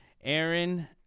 Aaron